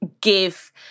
give